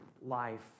life